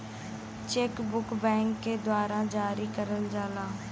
check book bank के द्वारा जारी करल जाला